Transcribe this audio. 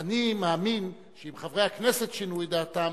אני מאמין שאם חברי הכנסת שינו את דעתם,